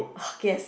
guess